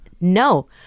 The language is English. no